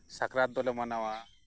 ᱥᱟᱠᱨᱟᱛ ᱫᱚᱞᱮ ᱢᱟᱱᱟᱣ